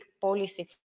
policy